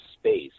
space